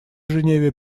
женеве